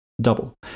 Double